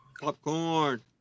Popcorn